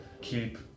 keep